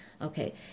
Okay